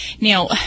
Now